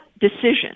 decision